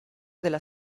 della